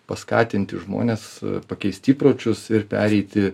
paskatinti žmones pakeisti įpročius ir pereiti